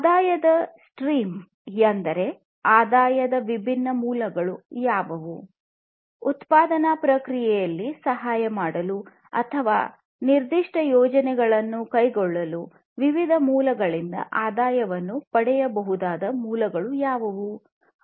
ಆದಾಯದ ಸ್ಟ್ರೀಮ್ ಎಂದರೆ ಆದಾಯದ ವಿಭಿನ್ನ ಮೂಲಗಳು ಯಾವುವು ಉತ್ಪಾದನಾ ಪ್ರಕ್ರಿಯೆಯಲ್ಲಿ ಸಹಾಯ ಮಾಡಲು ಅಥವಾ ನಿರ್ದಿಷ್ಟ ಯೋಜನೆಯನ್ನು ಕೈಗೊಳ್ಳಲು ವಿವಿಧ ಮೂಲಗಳಿಂದ ಆದಾಯವನ್ನು ಪಡೆಯಬಹುದಾದ ಮೂಲಗಳು ಯಾವುವು ಎಂದು